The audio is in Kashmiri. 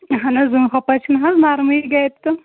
اہن حظ اۭں ہُپٲرۍ چھُنہٕ حظ نَرمٕے گَرِ تہٕ